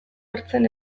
hartzen